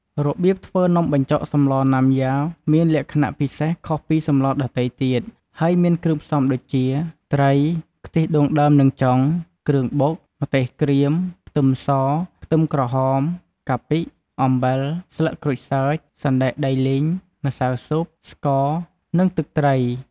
របៀបធ្វើនំបញ្ចុកសម្លណាំយ៉ាមានលក្ខណៈពិសេសខុសពីសម្លដទៃទៀត ហើយមានគ្រឿងផ្សំដូចជា ត្រី ខ្ទិះដូងដើមនិងចុង គ្រឿងបុក ម្ទេសក្រៀម ខ្ទឹមស ខ្ទឹមក្រហម កាពិ អំបិល ស្លឹកក្រូចសើច សណ្តែកដីលីង ម្សៅស៊ុប ស្ករ និងទឹកត្រី។